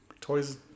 toys